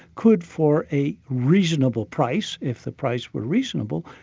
could for a reasonable price, if the price were reasonable,